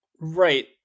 Right